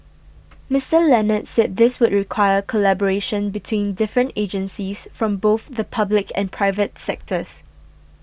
Mister Leonard said this would require collaboration between different agencies from both the public and private sectors